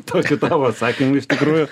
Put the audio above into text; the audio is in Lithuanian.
tokiu tavo atsakymu iš tikrųjų